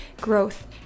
growth